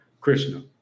Krishna